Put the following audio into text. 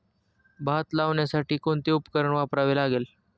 भात लावण्यासाठी कोणते उपकरण वापरावे लागेल?